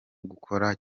gukora